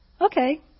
Okay